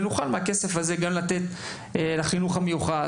ונוכל לתת מהכסף הזה גם לחינוך המיוחד,